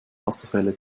wasserfälle